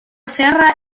serra